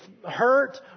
hurt